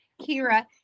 Kira